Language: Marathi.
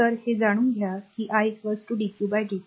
तर हे जाणून घ्या की i dq dt